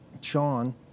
Sean